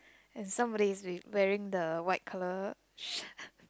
and somebody is wearing the white colour shirt